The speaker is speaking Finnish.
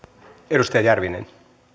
arvoisa